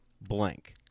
blank